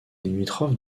limitrophe